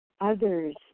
others